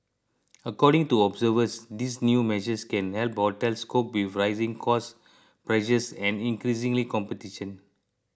according to observers these new measures can help hotels cope with rising cost pressures and increasingly competition